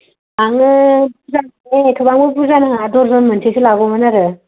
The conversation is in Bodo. आङो बुर्जा माने एथ'बां बुर्जा नाङा दर जन मोनसेसो लागौमोन आरो